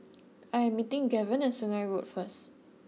I am meeting Gaven at Sungei Road first